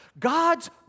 God's